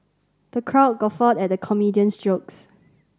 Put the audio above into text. the crowd guffawed at the comedian's jokes